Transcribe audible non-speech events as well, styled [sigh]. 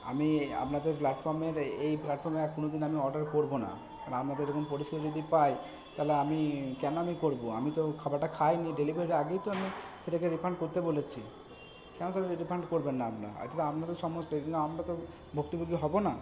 আমি আপনাদের প্ল্যাটফর্মের এই প্ল্যাটফর্মে আর কোনো দিন আমি অর্ডার করব না [unintelligible] পরিস্থিতি যদি পাই তাহলে আমি কেন আমি করব আমি তো খাবারটা খাইনি ডেলিভারির আগেই তো আমি সেটাকে রিফান্ড করতে বলেছি কেন তাহলে রিফান্ড করবেন না আপনারা এটা তো আপনাদের সমস্যা এটা তো আমরা তো ভুক্তভোগী হব না